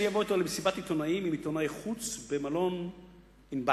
וביקש שאני אבוא אתו למסיבת עיתונאים עם עיתונאי חוץ במלון "ענבל".